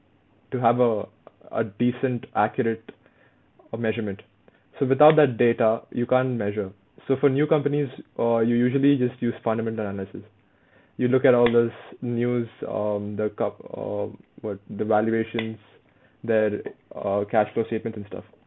to have a a decent accurate uh measurement so without that data you can't measure so for new companies uh you usually you just use fundamental analysis you look at all this news um the comp~ uh what the valuations that uh cashflow statements and stuff